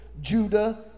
Judah